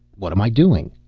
what am i doing?